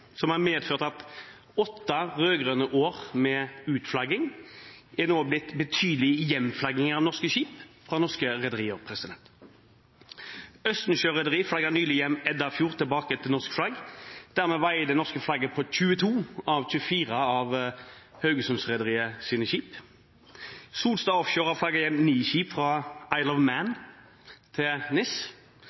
som har medført at etter åtte rød-grønne år med utflagging, er det nå blitt betydelig hjemflagging av norske skip fra norske rederier. Østensjø Rederi flagget nylig hjem Edda fjord, tilbake til norsk flagg. Dermed vaier det norske flagget på 22 av 24 av Haugesund-rederiets skip. Solstad Offshore har flagget hjem ni skip fra Isle of Man til NIS,